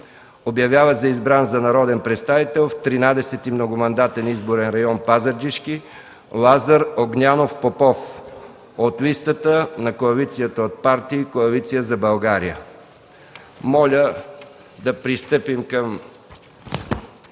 Обявява за избран за народен представител в 13. многомандатен изборен район Пазарджишки Лазар Огнянов Попов от листата на коалицията от партии „Коалиция за България”.” Моля да пристъпим към